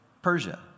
Persia